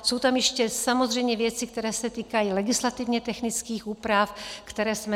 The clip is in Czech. Jsou tam ještě samozřejmě věci, které se týkají legislativně technických úprav, které jsme našli.